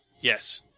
Yes